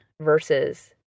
versus